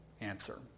answer